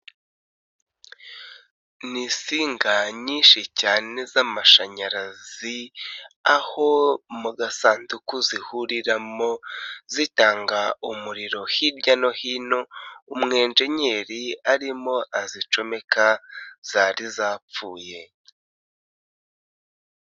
Ni isinga nyinshi cyane z'amashanyarazi, aho mu gasanduku zihuriramo, zitanga umuriro hirya no hino, umwenjenyeri arimo azicomeka, zari zapfuye.